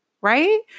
right